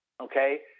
okay